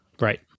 Right